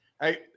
hey